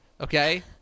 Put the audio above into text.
Okay